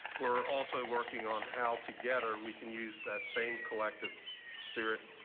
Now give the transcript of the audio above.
we're also working on how together we can use that same collective spirit.